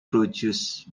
produced